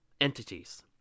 entities